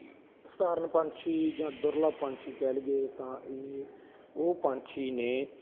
ਸਧਾਰਨ ਪੰਛੀ ਜਾਂ ਦੁਰਲਭ ਪੰਛੀ ਕਹਿ ਲਈਏ ਤਾਂ ਇਹ ਉਹ ਪੰਛੀ ਨੇ